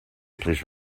please